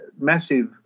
massive